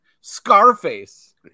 Scarface